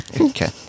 okay